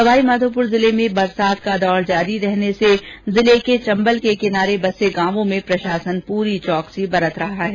सवाई माधोपुर जिले में बरसात का दौर जारी रहने से जिले के चम्बल किनारे बसे गांवों में प्रशासन पूरी चौकसी बरत रहा है